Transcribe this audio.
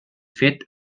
fet